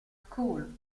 school